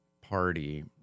party